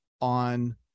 on